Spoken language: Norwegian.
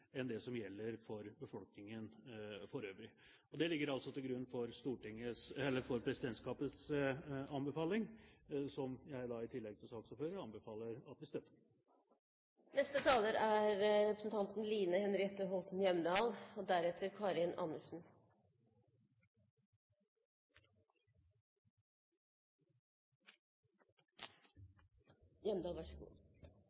enn det som gjelder for befolkningen for øvrig. Det ligger altså til grunn for presidentskapets anbefaling, som jeg da, i tillegg til saksordføreren, anbefaler at vi støtter. Det er